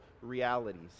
realities